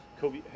Kobe